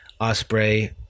Osprey